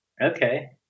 Okay